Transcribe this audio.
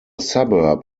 suburb